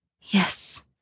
Yes